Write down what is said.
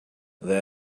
there